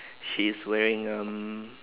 she's wearing um